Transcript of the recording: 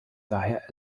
daher